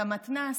את המתנ"ס?